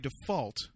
default